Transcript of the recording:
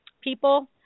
people